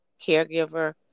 caregiver